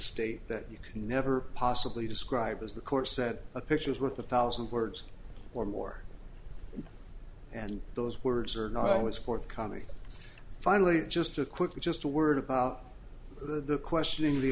state that you can never possibly describe as the court said a picture is worth a thousand words or more and those words are not always forthcoming finally just a quick just a word about the questioning